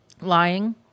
Lying